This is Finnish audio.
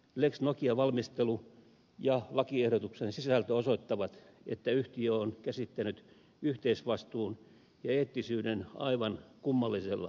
lex nokian valmistelu ja lakiehdotuksen sisältö osoittavat että yhtiö on käsittänyt yhteisvastuun ja eettisyyden aivan kummallisella tavalla